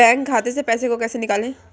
Bank खाते से पैसे को कैसे निकालें?